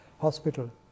hospital